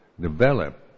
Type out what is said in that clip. develop